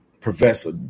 Professor